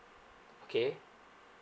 okay